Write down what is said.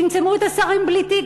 צמצמו את השרים בלי תיק,